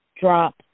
drop